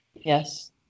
yes